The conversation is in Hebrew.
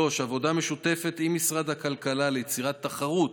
3. עבודה משותפת עם משרד הכלכלה ליצירת תחרות